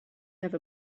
have